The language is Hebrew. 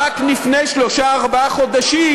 רק לפני שלושה-ארבעה חודשים,